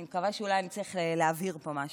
אני מקווה שאולי אצליח להבהיר פה משהו.